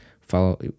Follow